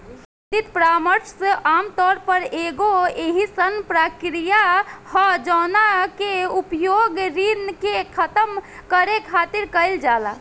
credit परामर्श आमतौर पर एगो अयीसन प्रक्रिया ह जवना के उपयोग ऋण के खतम करे खातिर कईल जाला